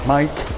Mike